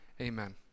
amen